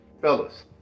fellas